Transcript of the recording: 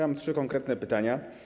Mam trzy konkretne pytania.